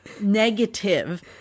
negative